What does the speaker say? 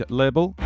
label